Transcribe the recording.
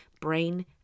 brain